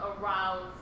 aroused